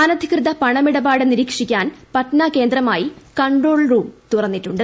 അനധികൃത പണമിടപാട് നിരീക്ഷിക്കാൻ പട്ന കേന്ദ്രമായി കൺട്രോൾ റൂം തുറന്നിട്ടുണ്ട്